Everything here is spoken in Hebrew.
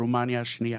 רומניה השנייה.